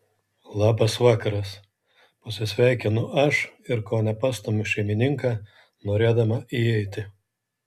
labas vakaras pasisveikinu aš ir kone pastumiu šeimininką norėdama įeiti